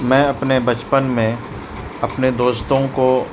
میں اپنے بچپن میں اپنے دوستوں کو